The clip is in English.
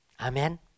Amen